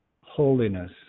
holiness